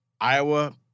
Iowa